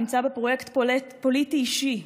נמצא בפרויקט פוליטי אישי,